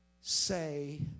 say